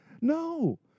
No